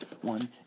One